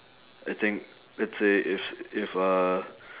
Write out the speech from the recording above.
I think let's say if if uh